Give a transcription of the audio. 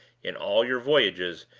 in all your voyages,